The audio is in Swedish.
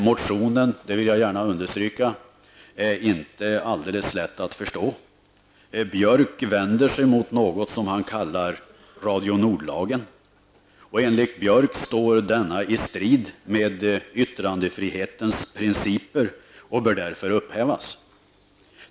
Motionen är -- det vill jag gärna understryka -- inte alldeles lätt att förstå. Björk vänder sig mot något som han kallar Radio Nord-lagen. Enligt Björck står denna i strid med yttrandefrihetens principer och bör därför upphävas.